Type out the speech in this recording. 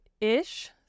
ish